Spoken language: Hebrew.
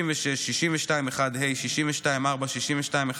56, 62(1)(ה), 62(4), 62(11),